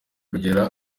kugera